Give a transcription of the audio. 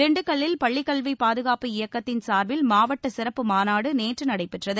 திண்டுக்கல்லில் பள்ளிக்கல்வி பாதுகாப்பு இயக்கத்தின் சார்பில் மாவட்ட சிறப்பு மாநாடு நேற்று நடைபெற்றது